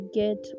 get